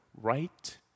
Right